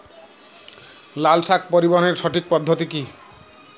লালশাক পরিবহনের সঠিক পদ্ধতি কি?